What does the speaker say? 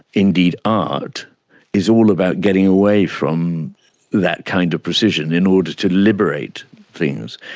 indeed, art is all about getting away from that kind of precision in order to liberate things.